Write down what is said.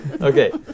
Okay